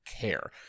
care